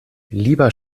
lieber